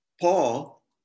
Paul